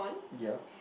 yup